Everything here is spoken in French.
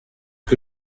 que